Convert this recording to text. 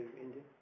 India